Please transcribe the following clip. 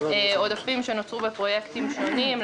מדובר על עודפים שנוצרו בפרויקטים שונים,